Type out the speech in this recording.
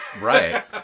right